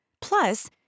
Plus